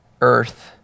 earth